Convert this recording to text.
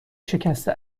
شکسته